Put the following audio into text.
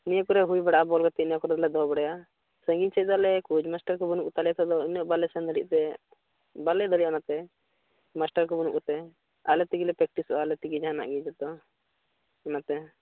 ᱱᱤᱭᱟᱹ ᱠᱚᱨᱮ ᱦᱩᱭ ᱵᱟᱲᱟᱜᱼᱟ ᱵᱚᱞ ᱦᱟᱛᱮᱜ ᱱᱤᱭᱟᱹ ᱠᱚᱨᱮᱞᱮ ᱫᱟᱹᱲ ᱵᱟᱲᱟᱭᱟ ᱥᱟᱺᱜᱤᱧ ᱥᱮᱫ ᱫᱚ ᱟᱞᱮ ᱠᱳᱪ ᱢᱟᱥᱴᱟᱨ ᱠᱚ ᱵᱟᱹᱱᱩᱜ ᱠᱚᱛᱟᱞᱮᱭᱟ ᱛᱚ ᱟᱫᱚ ᱤᱱᱟᱹᱜ ᱵᱟᱞᱮ ᱥᱮᱱ ᱫᱟᱲᱮᱜ ᱛᱮ ᱵᱟᱞᱮ ᱫᱟᱲᱮᱭᱟᱜᱼᱟ ᱚᱱᱟᱛᱮ ᱢᱟᱥᱴᱟᱨ ᱠᱚ ᱵᱟᱹᱱᱩᱜ ᱠᱚᱛᱮ ᱟᱞᱮ ᱛᱮᱜᱮᱞᱮ ᱯᱨᱮᱠᱴᱤᱥᱚᱜᱼᱟ ᱟᱞᱮ ᱛᱮᱜᱮ ᱡᱟᱦᱟᱱᱟᱜ ᱜᱮ ᱡᱚᱛᱚ ᱚᱱᱟᱛᱮ